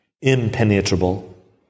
impenetrable